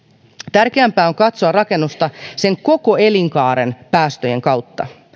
tärkeämpää on katsoa rakennusta sen koko elinkaaren päästöjen kautta